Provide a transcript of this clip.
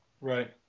Right